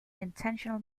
unintentional